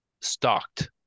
stocked